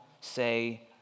say